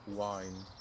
wine